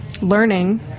learning